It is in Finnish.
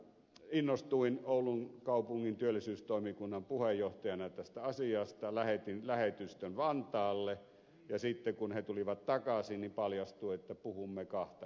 innostuin oulun kaupungin työllisyystoimikunnan puheenjohtajana tästä asiasta lähetin lähetystön vantaalle ja sitten kun he tulivat takaisin niin paljastui että puhumme kahta eri kieltä